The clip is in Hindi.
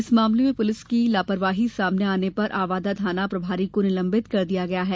इस मामले में पुलिस की लापरवाही सामने आने पर आवदा थाना प्रभारी को निलंबित कर दिया गया है